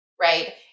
Right